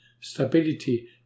Stability